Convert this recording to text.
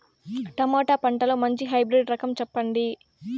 Tomato పంటలో మంచి hybrid రకం చెప్పండి?